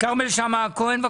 כרמל שאמה הכהן.